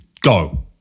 go